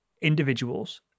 individuals